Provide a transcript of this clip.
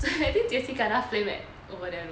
I think jie qi kena flame at over there though